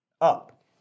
up